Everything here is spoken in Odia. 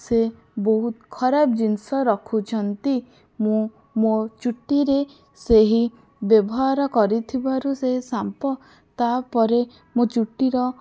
ସେ ବହୁତ ଖରାପ ଜିନିଷ ରଖୁଛନ୍ତି ମୁଁ ମୋ ଚୁଟିରେ ସେହି ବ୍ୟବହାର କରିଥିବାରୁ ସେ ଶାମ୍ପ ତାପରେ ମୋ ଚୁଟିର